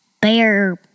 bear